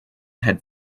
had